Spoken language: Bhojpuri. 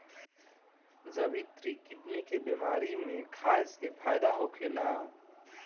जावित्री किडनी के बेमारी में खाए से फायदा होखेला